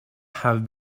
have